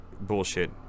bullshit